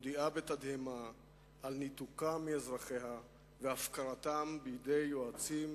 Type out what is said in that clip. מודיעה בתדהמה על ניתוקה מאזרחיה והפקרתם בידי יועצים